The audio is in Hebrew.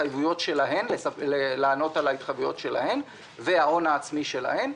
כדי לענות על ההתחייבויות שלהן וההון העצמי שלהן,